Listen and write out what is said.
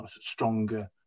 stronger